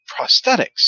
prosthetics